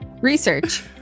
Research